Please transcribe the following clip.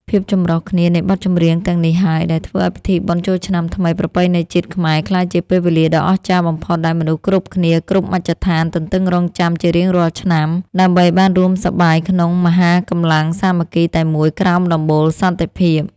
ភាពចម្រុះគ្នានៃបទចម្រៀងទាំងនេះហើយ ដែលធ្វើឱ្យពិធីបុណ្យចូលឆ្នាំថ្មីប្រពៃណីជាតិខ្មែរ ក្លាយជាពេលវេលាដ៏អស្ចារ្យបំផុតដែលមនុស្សគ្រប់គ្នាគ្រប់មជ្ឈដ្ឋានទន្ទឹងរង់ចាំជារៀងរាល់ឆ្នាំ ដើម្បីបានរួមសប្បាយក្នុងមហាកម្លាំងសាមគ្គីតែមួយក្រោមដំបូលសន្តិភាព។